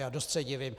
A dost se divím.